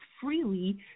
freely